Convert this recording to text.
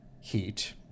heat